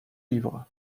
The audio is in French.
livres